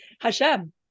Hashem